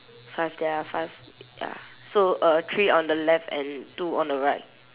five there are five ya so uh three on the left and two on the right